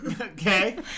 okay